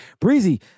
Breezy